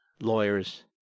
lawyers